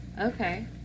Okay